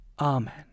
Amen